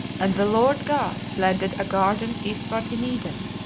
and the lord god planted a garden eastward in eden.